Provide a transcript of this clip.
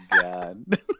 god